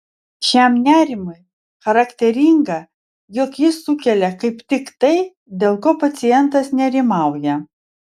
šiam nerimui charakteringa jog jis sukelia kaip tik tai dėl ko pacientas nerimauja